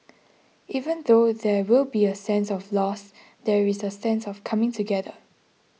even though there will be a sense of loss there is a sense of coming together